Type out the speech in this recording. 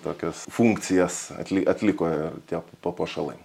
tokias funkcijas atli atliko ir tie papuošalai